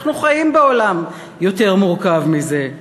אנחנו חיים בעולם יותר מורכב מזה.